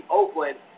Oakland